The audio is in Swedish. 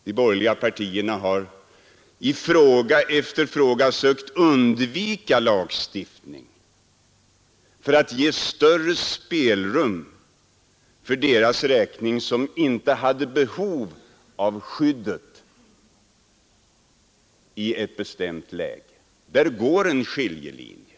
De borgerliga partierna däremot har i fråga efter fråga försökt undvika lagstiftning för att ge större spelrum åt dem som i ett bestämt läge inte har haft behov av skydd.